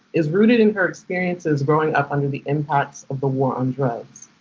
is rooted in her experiences growing up under the impacts of the war on drugs.